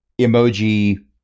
emoji